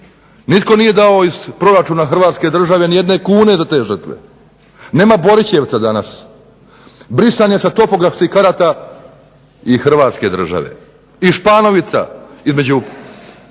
Nitko nije dao iz proračuna Hrvatske države ni jedne kune za te žrtve. Nema Borićevca danas. Brisan je sa topografskih karata i Hrvatske države. I Španovica između